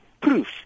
proof